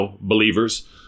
believers